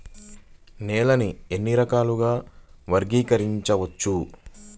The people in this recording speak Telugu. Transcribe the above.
నేలని ఎన్ని రకాలుగా వర్గీకరించవచ్చు?